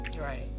Right